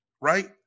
right